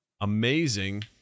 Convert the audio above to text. amazing